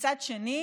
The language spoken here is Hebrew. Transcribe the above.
ומצד שני